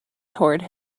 toward